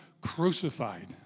crucified